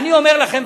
אני אומר לכם,